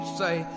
say